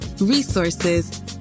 resources